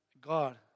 God